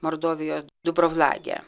mordovijos dubrovlage